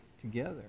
together